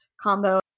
combo